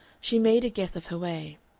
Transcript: she made a guess of her way.